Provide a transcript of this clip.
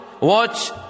watch